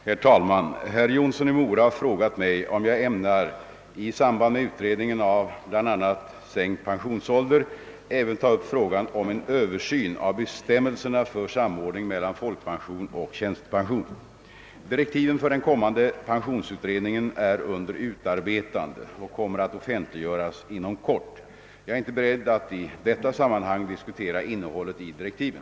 Herr talman! Herr Jonsson i Mora har frågat mig om jag ämnar i samband med utredningen av bl.a. sänkt pensionsålder även ta upp frågan om en översyn av bestämmelserna för samordning mellan folkpension och tjänstepension. Direktiven för den kommande pensionsutredningen är under utarbetande och kommer att offentliggöras inom kort. Jag är inte beredd att i detta sammanhang diskutera innehållet i direktiven.